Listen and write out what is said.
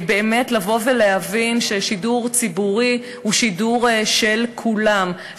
באמת לבוא ולהבין ששידור ציבורי הוא שידור של כולם,